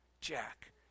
Jack